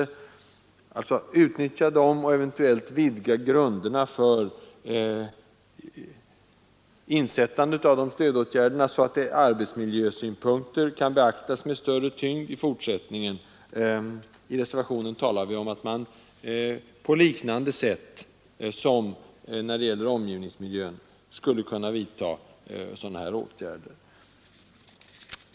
Det gäller alltså att utnyttja dessa stöd och eventuellt vidga grunderna för insättandet av dem, så att arbetsmiljösynpunkter kan beaktas med större tyngd i fortsättningen. I reservationen talar vi om att man på liknande sätt som när det gäller omgivningsmiljön skulle kunna vidta sådana här åtgärder.